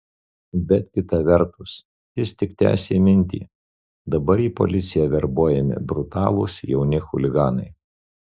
bet kita vertus jis tik tęsė mintį dabar į policiją verbuojami brutalūs jauni chuliganai